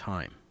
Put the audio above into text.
Time